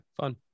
fun